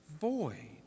void